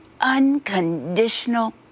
unconditional